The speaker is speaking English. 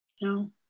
No